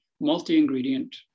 multi-ingredient